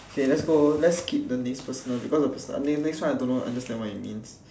K let's go let's skip the next personal because the personal n~ next one I don't understand what it means